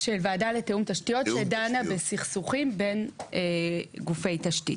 וועדה לתיאום תשתיות שדנה בסכסוכים בין גופי תשתית.